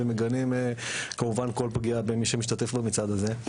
ומגנים כמובן כל פגיעה במי שמשתתף במצעד הזה.